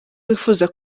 wifuza